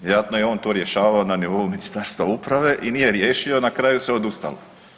Vjerojatno je on to rješavao na nivou Ministarstva uprave i nije riješio i na kraju se odustalo.